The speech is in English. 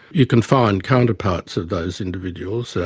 you can find counterparts of those individuals, so